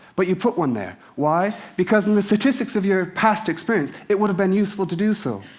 but you put one there. why? because in the statistics of your past experience, it would have been useful to do so.